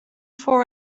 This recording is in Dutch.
voor